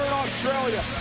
australia.